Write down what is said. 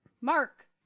Mark